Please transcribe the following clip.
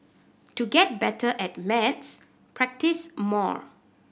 to get better at maths practise more